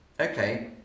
Okay